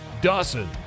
Dawson